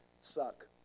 suck